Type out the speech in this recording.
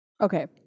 okay